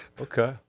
okay